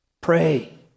Pray